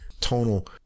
tonal